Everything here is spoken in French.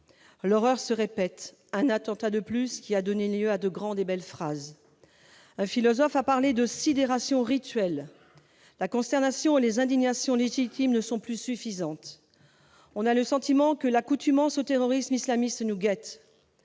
L'horreur se répète : un attentat de plus, qui a donné lieu à de grandes et belles phrases. Un philosophe a parlé de « sidération rituelle ». La consternation et les indignations légitimes ne sont plus suffisantes. On a le sentiment que l'accoutumance au terrorisme islamiste nous guette.